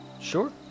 sure